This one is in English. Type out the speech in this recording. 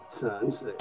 sunset